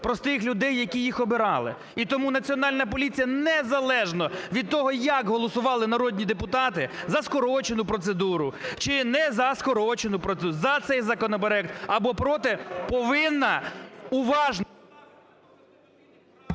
простих людей, які їх обирали. І тому Національна поліція, незалежно від того, як голосували народні депутати – за скорочену процедуру чи не за скорочену процедуру, за цей законопроект або проти, повинна уважно...